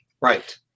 Right